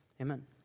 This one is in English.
Amen